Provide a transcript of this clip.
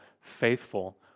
faithful